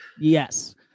Yes